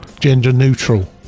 Gender-neutral